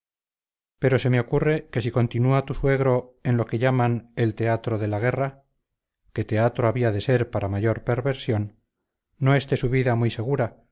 pero se me ocurre que si continúa tu suegro en lo que llaman el teatro de la guerra que teatro había de ser para mayor perversión no esté su vida muy segura